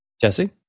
Jesse